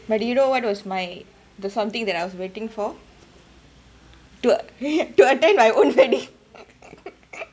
but do you know what was my the something that I was waiting for to to attend my own wedding